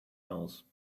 else